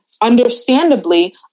understandably